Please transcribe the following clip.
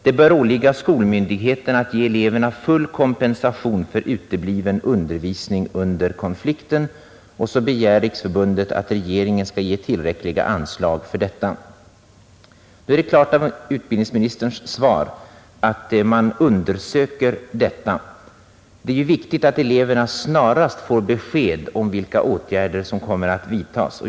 Det bör åligga skolmyndigheterna att ge eleverna full kompensation för utebliven undervisning under konflikten.” Riksförbundet begär att regeringen skall ge tillräckliga anslag för detta miljöskyddskraven vid prövningen a utländskt företags ansökan om tillstånd till etablering i Sverige Av utbildningsministerns svar framgår att undersökningar pågår beträffande denna fråga. Det är viktigt att eleverna snarast får besked om vilka åtgärder som kommer att vidtagas.